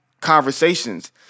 conversations